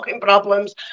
problems